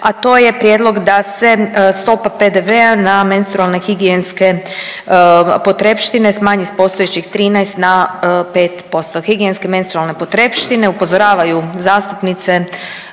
a to je prijedlog da se stopa PDV-a na menstrualne higijenske potrepštine smanji sa postojećih 13 na 5%. Higijenske menstrualne potrepštine upozoravaju zastupnice